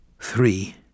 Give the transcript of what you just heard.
Three